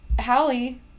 Hallie